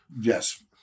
Yes